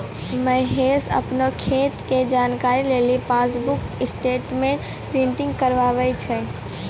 महेश अपनो खाता के जानकारी लेली पासबुक स्टेटमेंट प्रिंटिंग कराबै छै